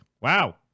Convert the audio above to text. Wow